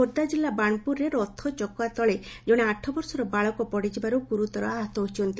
ଖୋର୍ବ୍ଧା ଜିଲ୍ଲା ବାଣପୁରରେ ରଥ ସକାଶେ ଜଣେ ଆଠବର୍ଷରେ ବାଳକ ପଡିଥିବାରୁ ଗୁରୁତର ଆହତ ହୋଇଛନ୍ତି